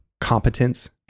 Competence